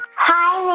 hi,